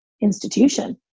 institution